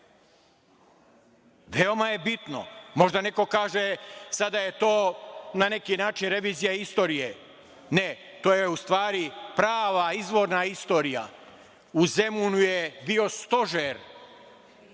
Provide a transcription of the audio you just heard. delu Srema. Možda neko kaže sada da je to na neki način revizija istorije. Ne, to je u stvari prava izvorna istorija. U Zemunu je bio stožer